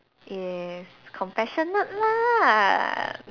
yes compassionate lah